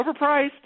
overpriced